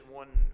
one